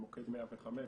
מוקד 105,